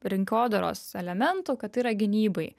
rinkodaros elementu kad tai yra gynybai